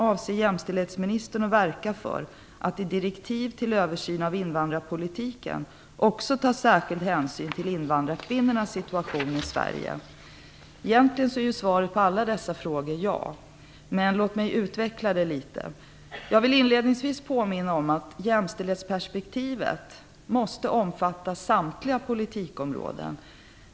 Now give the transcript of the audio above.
Avser jämställdhetsministern att verka för att i direktiv till översyn av invandrarpolitiken också ta särskild hänsyn till invandrarkvinnornas situation i Sverige? Egentligen är svaret på alla dessa frågor ja, men låt mig utveckla det litet. Jag vill inledningsvis påminna om att jämställdhetsperspektivet måste omfatta samtliga politikområden.